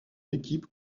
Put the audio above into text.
équipe